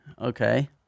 Okay